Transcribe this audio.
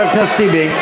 חבר הכנסת טיבי,